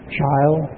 child